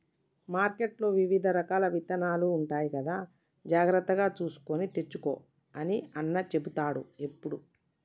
మార్కెట్లో వివిధ రకాల విత్తనాలు ఉంటాయి కదా జాగ్రత్తగా చూసుకొని తెచ్చుకో అని అన్న చెపుతాడు ఎప్పుడు